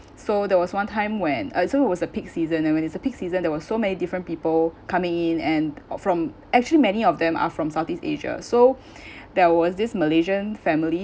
so there was one time when uh so it was a peak season and when it's a peak season there were so many different people coming in and from actually many of them are from southeast asia so there was this malaysian family